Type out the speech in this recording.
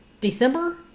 December